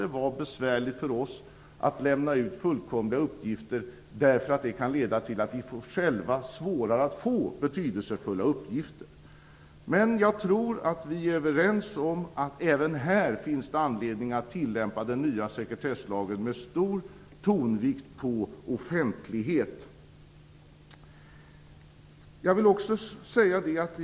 Det kan vara besvärligt för oss att lämna ut fullständiga uppgifter därifrån, eftersom det kan leda till att det blir svårare för oss att själva få betydelsefulla uppgifter. Men jag tror att vi är överens om att det även här finns anledning att tillämpa den nya sekretesslagen med stor tonvikt vid offentlighet.